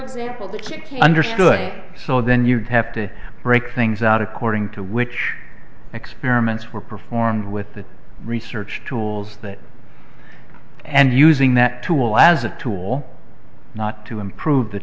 understood so then you'd have to break things out according to which experiments were performed with the research tools that and using that tool as a tool not to improve the